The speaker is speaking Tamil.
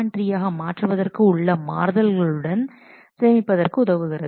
3 ஆக மாற்றுவதற்கு உள்ள மாறுதல்களுடன் சேமிப்பதற்கு உதவுகிறது